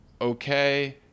okay